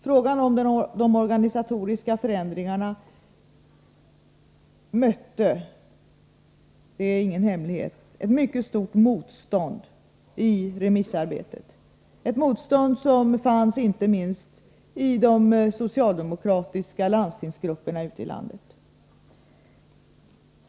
Frågan om de organisatoriska förändringarna mötte — det är ingen hemlighet — ett mycket starkt motstånd i remissarbetet, ett motstånd som fanns inte minst i de socialdemokratiska landstingsgrupperna ute i landet.